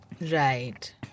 Right